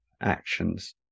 actions